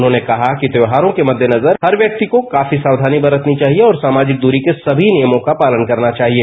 उन्होंने कहा कि त्योहारों के मदेनजर हर व्यक्ति को काफी साक्वानी बरतनी चाहिए और सामाजिक दूरी के सभी नियमों का पालन करना चाहिए